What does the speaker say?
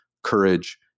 courage